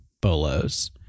bolos